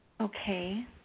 Okay